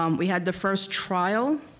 um we had the first trial